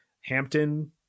Hampton